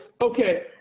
okay